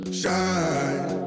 shine